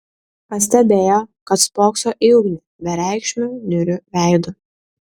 pastebėjo kad spokso į ugnį bereikšmiu niūriu veidu